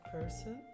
person